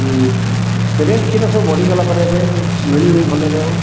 rate କ୍ଷୀର ସବୁ ବଢ଼ିଗଲା ପରା ରେଟ୍ ମିଳୁନି ଭଲରେ ଆଉ